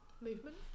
Movement